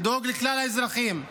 לדאוג לכלל האזרחים,